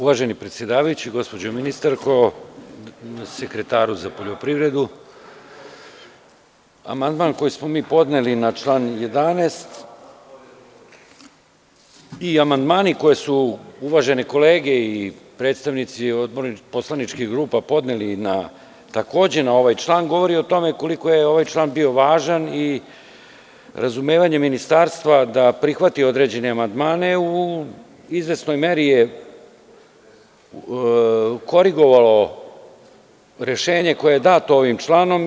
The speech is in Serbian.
Uvaženi predsedavajući, gospođo ministarko, sekretaru za poljoprivredu, amandman koji smo mi podneli na član 11. i amandmani koje su uvažene kolege i predstavnici poslaničkih grupa podneli na takođe ovaj član, govori o tome koliko je ovaj član bio važan i razumevanje Ministarstva da prihvati određene amandmane u izvesnoj meri je korigovao rešenje koje je dato ovim članom.